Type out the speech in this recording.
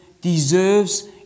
deserves